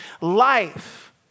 life